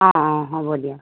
অঁ অঁ হ'ব দিয়া